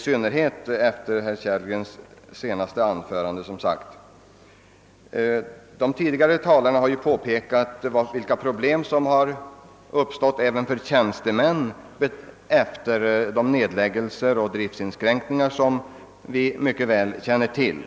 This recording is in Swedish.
De tidigare talarna har framhållit de problem som uppstått även för tjänstemän efter de nedläggningar och driftinskränkningar som vi mycket väl känner till.